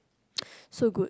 so good